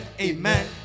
amen